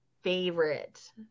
favorite